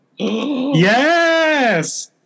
Yes